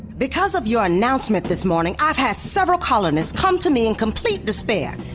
because of your announcement this morning i've had several colonists come to me in complete despair!